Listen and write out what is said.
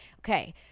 Okay